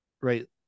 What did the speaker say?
right